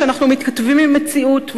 שאנחנו מתכתבים עם מציאות,